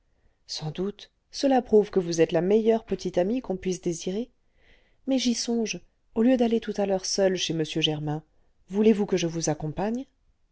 sans doute cela prouve que vous êtes la meilleure petite amie qu'on puisse désirer mais j'y songe au lieu d'aller tout à l'heure seule chez m germain voulez-vous que je vous accompagne